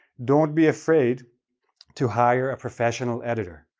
don't be afraid to hire a professional editor,